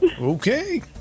Okay।